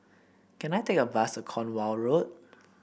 can I take a bus to Cornwall Road